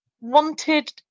wanted